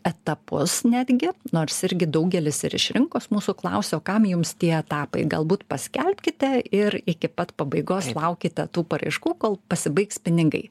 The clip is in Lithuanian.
etapus netgi nors irgi daugelis ir iš rinkos mūsų klausia o kam jums tie etapai galbūt paskelbkite ir iki pat pabaigos laukite tų paraiškų kol pasibaigs pinigai